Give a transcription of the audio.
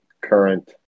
current